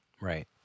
right